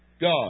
God